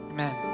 Amen